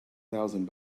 thousand